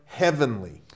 heavenly